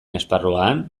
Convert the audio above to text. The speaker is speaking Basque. esparruan